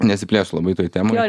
nesiplėsiu labai toj temoj